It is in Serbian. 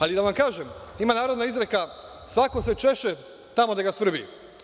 Ali, da vam kažem, ima narodna izreka: „Svako se češe tamo gde ga svrbi“